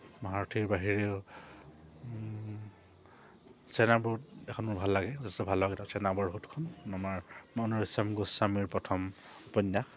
মহাৰথীৰ বাহিৰেও চেনাবৰ স্ৰোত এখন মোৰ ভাল লাগে যথেষ্ট ভাল লগা কিতাপ চেনাবৰ স্ৰোতখন আমাৰ মামনি ৰয়চম গোস্বামীৰ প্ৰথম উপন্যাস